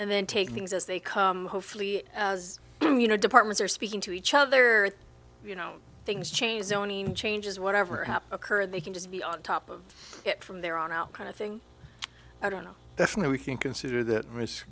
and then take things as they come hopefully as you know departments are speaking to each other you know things change zoning changes whatever how current they can just be on top of it from there on out kind of thing i don't know definitely we can consider that risk